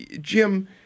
Jim